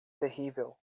terrível